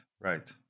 right